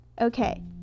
okay